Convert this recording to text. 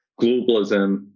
globalism